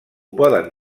poden